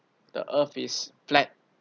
the earth is flat